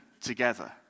together